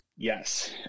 Yes